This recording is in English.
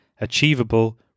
achievable